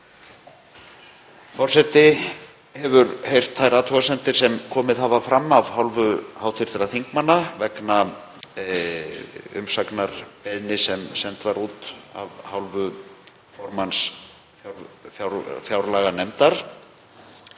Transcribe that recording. Forseti hefur heyrt þær athugasemdir sem komið hafa fram af hálfu hv. þingmanna vegna umsagnarbeiðni sem send var út af hálfu formanns fjárlaganefndar.